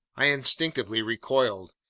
i instinctively recoiled.